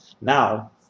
Now